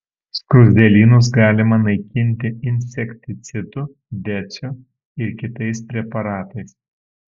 skruzdėlynus galima naikinti insekticidu deciu ir kitais preparatais